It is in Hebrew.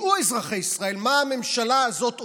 ושידעו אזרחי ישראל מה הממשלה הזאת עושה,